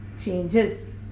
changes